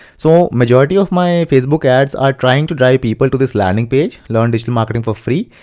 so majority of my facebook ads are trying to drive people to this landing page. learn digital marketing for free.